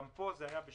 גם פה בשיתוף